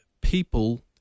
people